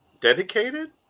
dedicated